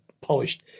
polished